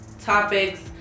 topics